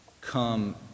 come